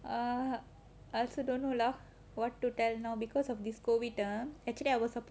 err I also don't know lah what to tell now because of this COVID ah actually I was supposed to travel this year